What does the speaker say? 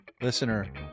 listener